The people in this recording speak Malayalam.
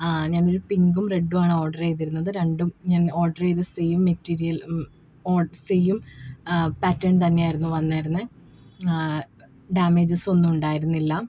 ഞാനൊരു പിങ്കും റെയ്ഡുമാണ് ഓർഡർ ചെയ്തിരുന്നത് രണ്ടും ഞാൻ ഓഡർ ചെയ്ത സെയിം മെറ്റീരിയൽ മ്മ് ഓഡ്ഡ് സെയിം പാറ്റേൺ തന്നെയായിരുന്നു വന്നായിരുന്നത് ഡാമേജസൊന്നും ഉണ്ടായിരുന്നില്ല